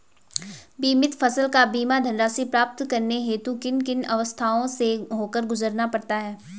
बीमित फसल का बीमा धनराशि प्राप्त करने हेतु किन किन अवस्थाओं से होकर गुजरना पड़ता है?